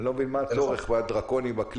אז אני לא מבין מה הצורך בכלי הדרקוני הזה.